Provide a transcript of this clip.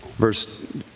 verse